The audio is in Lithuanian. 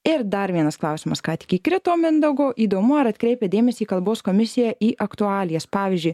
ir dar vienas klausimas ką tik įkrito mindaugo įdomu ar atkreipia dėmesį kalbos komisija į aktualijas pavyzdžiui